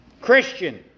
Christian